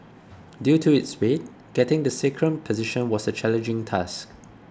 due to its weight getting the sacrum positioned was a challenging task